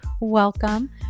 welcome